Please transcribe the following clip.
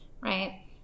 right